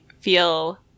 feel